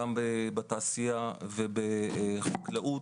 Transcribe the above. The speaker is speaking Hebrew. גם בתעשייה ובחקלאות.